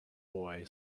boy